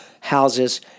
houses